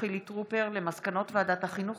חילי טרופר על מסקנות ועדת החינוך,